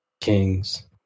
Kings